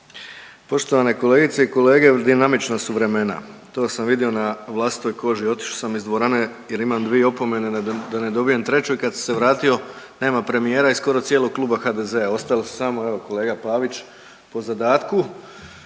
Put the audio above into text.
Poštovane kolegice i kolege, dinamična su vremena, to sam vidio na vlastitoj koži. Otišao sam iz dvorane jer imam dvije opomene da ne dobijem treću i kad sam se vratio nema premijer i skoro cijelog kluba HDZ-a, ostali su samo evo kolega Pavić po zadatku